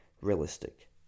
realistic